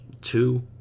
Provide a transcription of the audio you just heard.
two